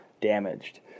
damaged